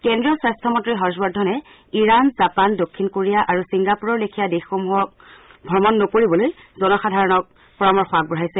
কেন্দ্ৰীয় স্বাস্থ্যমন্ত্ৰী হৰ্ষবৰ্ধনে ইৰাণ জাপান দক্ষিণ কোৰিয়া আৰু ছিংগাপুৰৰ লেখিয়া দেশসমূহৰ ভ্ৰমণ নকৰিবলৈ জনসাধাৰণক পৰামৰ্শ আগবঢ়াইছে